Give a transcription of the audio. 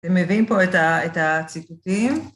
אתם מביאים פה את הציטוטים.